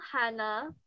Hannah